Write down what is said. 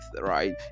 right